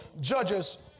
judges